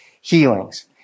healings